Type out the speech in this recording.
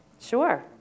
Sure